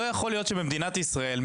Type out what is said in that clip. לא יכול להיות שבמדינת ישראל,